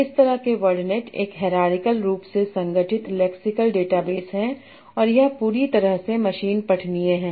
इस तरह के वर्डनेट एक हैरारिकल रूप से संगठित लेक्सिकल डेटाबेस है और यह पूरी तरह से मशीन पठनीय है